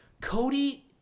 Cody